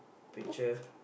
picture